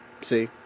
See